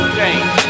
change